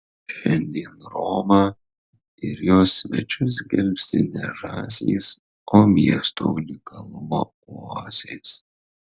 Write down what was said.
šiandien romą ir jos svečius gelbsti ne žąsys o miesto unikalumo oazės